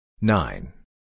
nine